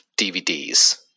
DVDs